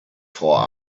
for